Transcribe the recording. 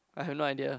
I have no idea